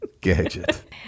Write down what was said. gadget